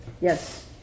Yes